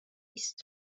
است